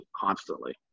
constantly